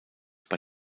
bei